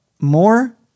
more